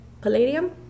palladium